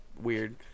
weird